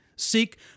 Seek